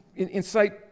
Incite